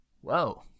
Whoa